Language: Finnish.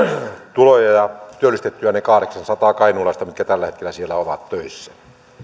tuloja ja työllistettyä ne kahdeksansataa kainuulaista mitkä tällä hetkellä siellä ovat töissä